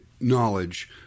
knowledge